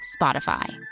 Spotify